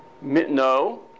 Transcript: No